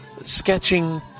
sketching